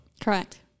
Correct